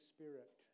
Spirit